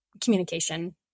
communication